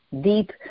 deep